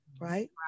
right